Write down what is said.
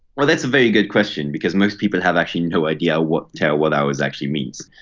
well, that's a very good question because most people have actually no idea what terawatt hours actually means.